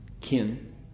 kin